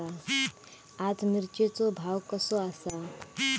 आज मिरचेचो भाव कसो आसा?